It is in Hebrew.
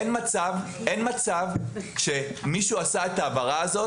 אין מצב שמישהו עשה את ההעברה הזאת